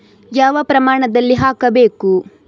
ಯಾವ ಪ್ರಮಾಣದಲ್ಲಿ ಹಾಕಬೇಕು?